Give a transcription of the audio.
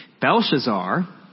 Belshazzar